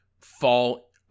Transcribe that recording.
fall